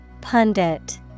Pundit